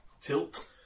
tilt